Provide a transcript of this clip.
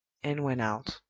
and went out.